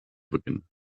beginnen